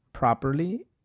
properly